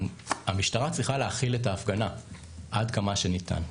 המשטרה צריכה להכיל את ההפגנה עד כמה שניתן.